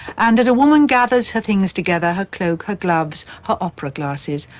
and as a woman gathers her things together, her cloak, her gloves, her opera glasses,